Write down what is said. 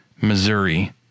Missouri